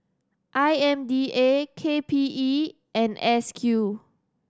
I M D A K P E and S Q